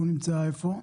שנמצא איפה?